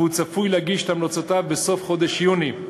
והוא צפוי להגיש את המלצותיו בסוף חודש יוני.